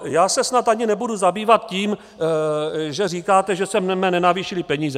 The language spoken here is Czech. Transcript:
Já se snad ani nebudu zabývat tím, že říkáte, že jsme nenavýšili peníze.